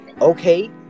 Okay